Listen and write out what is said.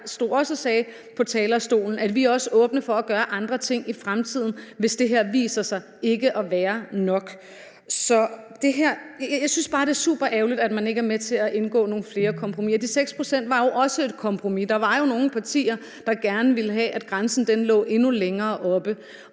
Jeg stod også og sagde på talerstolen, at vi også er åbne for at gøre andre ting i fremtiden, hvis det her viser sig ikke at være nok. Jeg synes bare, det er superærgerligt, at man ikke er med til at indgå nogle flere kompromiser. De 6 pct. var jo også et kompromis. Der var jo nogle partier, der gerne ville have, at grænsen lå endnu længere oppe.